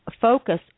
focus